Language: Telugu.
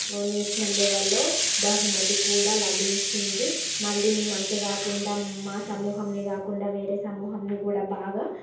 నేషనల్ లెవెల్లో బహుమతి కూడా లభించింది మళ్ళీ మేమంతే కాకుండా మా సమూహమునే కాకుండా వేరే సమూహంని కూడా బాగా